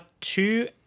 two